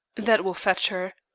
that will fetch her.